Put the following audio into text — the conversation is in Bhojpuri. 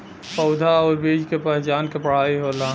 पउधा आउर बीज के पहचान क पढ़ाई होला